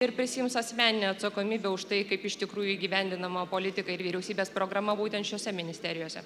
ir prisiims asmeninę atsakomybę už tai kaip iš tikrųjų įgyvendinama politika ir vyriausybės programa būtent šiose ministerijose